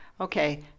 okay